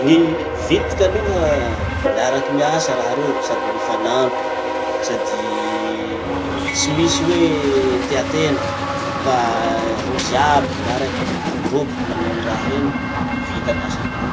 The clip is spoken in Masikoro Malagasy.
Ny vitiky aloha miaraky miasa raha reo sady mifanampy, sady tsy misy hoe tia-tena fa rozy aby miaraky la miroboky manao any raha iny. Vita ny asanereo.